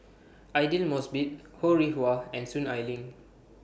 Aidli Mosbit Ho Rih Hwa and Soon Ai Ling